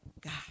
God